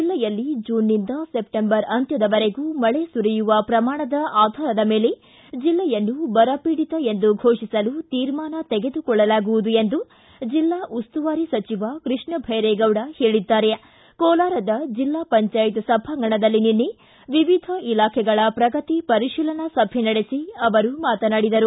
ಜಿಲ್ಲೆಯಲ್ಲಿ ಜೂನ್ನಿಂದ ಸೆಪ್ಲೆಂಬರ್ ಅಂತ್ಲದವರೆಗೂ ಮಳೆ ಸುರಿಯುವ ಪ್ರಮಾಣದ ಆಧಾರದ ಮೇಲೆ ಜಿಲ್ಲೆಯನ್ನು ಬರಪೀಡಿತ ಎಂದು ಘೋಷಿಸಲು ತೀರ್ಮಾನ ತೆಗೆದುಕೊಳ್ಳಲಾಗುವುದು ಎಂದು ಜಿಲ್ಲಾ ಉಸ್ತುವಾರಿ ಸಚಿವ ಕೃಷ್ಣಭೈರೇಗೌಡ ಹೇಳಿದ್ದಾರೆ ಕೋಲಾರದ ಜಿಲ್ಲಾ ಪಂಚಾಯತ್ ಸಭಾಂಗಣದಲ್ಲಿ ನಿನ್ನೆ ವಿವಿಧ ಇಲಾಖೆಗಳ ಪ್ರಗತಿ ಪರಿಶೀಲನಾ ಸಭೆ ನಡೆಸಿ ಅವರು ಮಾತನಾಡಿದರು